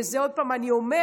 ואת זה עוד פעם אני אומרת,